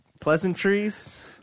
pleasantries